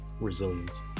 resilience